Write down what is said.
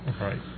Right